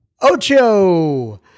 Ocho